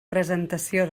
presentació